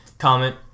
comment